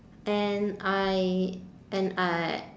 and I and I